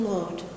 Lord